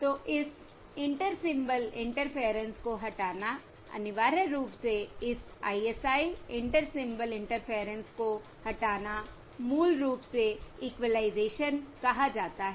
तो इस inter symbol interference को हटानाअनिवार्य रूप से इस ISI इंटर सिंबल इंटरफेरेंस को हटाना मूल रूप से इक्वलाइजेशन कहा जाता है